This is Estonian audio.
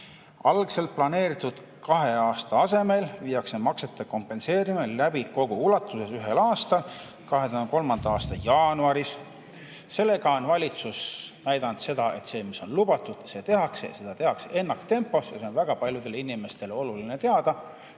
Algselt planeeritud kahe aasta asemel viiakse maksete kompenseerimine läbi kogu ulatuses ühel aastal, 2023. aasta jaanuaris. Sellega on valitsus näidanud, et seda, mida on lubatud, tehakse. Ja seda tehakse ennaktempos. Väga paljudele inimestele on oluline teada,